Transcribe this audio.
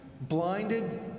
blinded